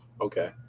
Okay